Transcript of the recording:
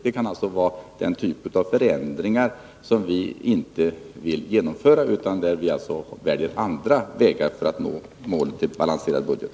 Det kan alltså vara fråga om en typ av förändringar som vi inte vill genomföra, utan där vi väljer andra vägar för att nå målet, en balanserad budget.